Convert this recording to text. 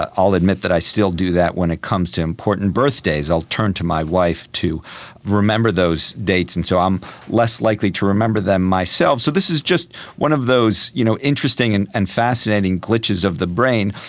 ah i'll admit that i still do that when it comes to important birthdays, i'll turn to my wife to remember those dates, and so i'm less likely to remember them myself. so this is just one of those you know interesting and and fascinating glitches of the brain,